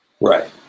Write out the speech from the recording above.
right